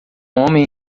homem